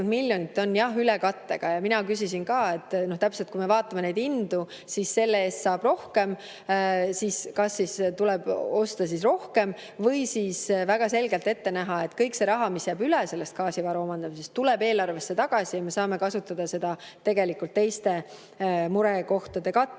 on jah ülekattega. Mina küsisin ka, et kui me vaatame neid hindu, siis selle eest saab rohkem, kas siis tuleb osta rohkem või siis väga selgelt ette näha, et kõik see raha, mis jääb üle sellest gaasivaru omandamisest, tuleb eelarvesse tagasi ja me saame kasutada seda tegelikult teiste murekohtade katmiseks.